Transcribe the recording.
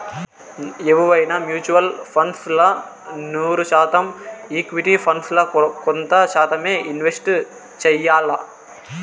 ఎవువైనా mutual funds ల నూరు శాతం ఈక్విటీ ఫండ్స్ ల కొంత శాతమ్మే ఇన్వెస్ట్ చెయ్యాల్ల